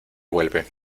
vuelve